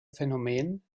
phänomen